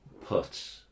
put